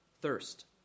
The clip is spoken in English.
thirst